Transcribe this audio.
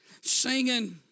singing